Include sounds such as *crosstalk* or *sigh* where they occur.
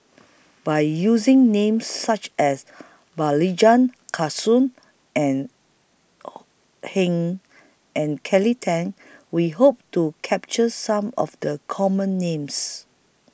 By using Names such as *unintelligible* Kastu and *noise* Heng and Kelly Tang We Hope to capture Some of The Common Names